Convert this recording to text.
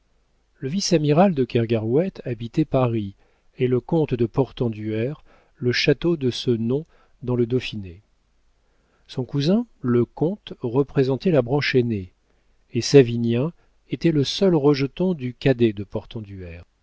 le vice-amiral de kergarouët habitait paris et le comte de portenduère le château de ce nom dans le dauphiné son cousin le comte représentait la branche aînée et savinien était le seul rejeton du cadet de